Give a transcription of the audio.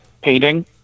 painting